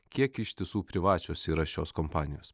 kiek iš tiesų privačios yra šios kompanijos